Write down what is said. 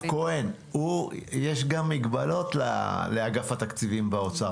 יש גם מגבלות לאגף התקציבים באוצר.